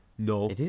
No